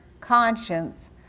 conscience